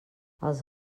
els